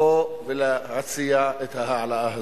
לבוא ולהציע את ההעלאה הזאת.